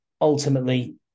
ultimately